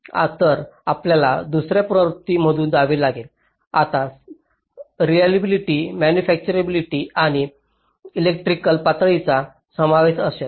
तर आपल्याला दुसर्या पुनरावृत्ती मधून जावे लागेल ज्यात रेलिएबिलिटी मॅनुफॅचतुराबीलीटी आणि इलेक्ट्रिकल पडताळणीचा समावेश असेल